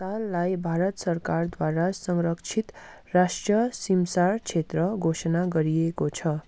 ताललाई भारत सरकारद्वारा संरक्षित राष्ट्रिय सिमसार क्षेत्र घोषणा गरिेएको छ